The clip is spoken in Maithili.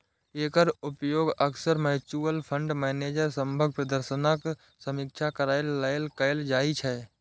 एकर उपयोग अक्सर म्यूचुअल फंड मैनेजर सभक प्रदर्शनक समीक्षा करै लेल कैल जाइ छै